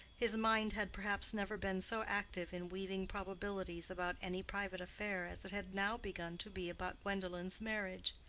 his mind had perhaps never been so active in weaving probabilities about any private affair as it had now begun to be about gwendolen's marriage.